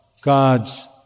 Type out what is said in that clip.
God's